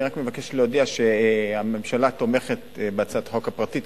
אני רק מבקש להודיע שהממשלה תומכת בהצעת החוק הפרטית,